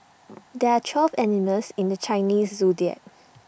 there are twelve animals in the Chinese Zodiac